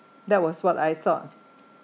that was what I thought